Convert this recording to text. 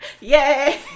Yay